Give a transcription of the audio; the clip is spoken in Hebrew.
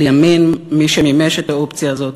לימים מי שמימש את האופציה הזאת